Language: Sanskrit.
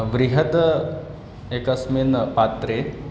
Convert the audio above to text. बृहत् एकस्मिन् पात्रे